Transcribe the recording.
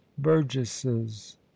burgesses